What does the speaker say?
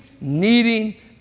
needing